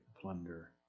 plunder